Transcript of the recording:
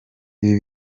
ibi